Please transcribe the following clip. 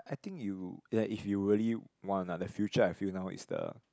I think you like if you really want ah the future I feel now is the